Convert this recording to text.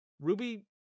Ruby